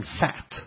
fat